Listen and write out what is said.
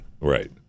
right